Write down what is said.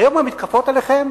היום המתקפות עליכם